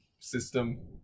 system